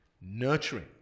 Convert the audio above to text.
nurturing